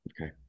okay